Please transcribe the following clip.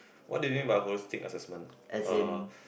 what do you mean by holistic assessment uh